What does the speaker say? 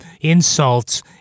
insults